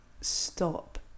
stop